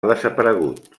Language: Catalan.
desaparegut